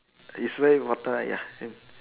is where you water ya in